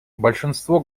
большинство